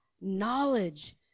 Knowledge